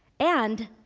and,